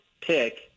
pick